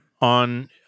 on